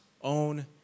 own